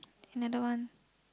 another one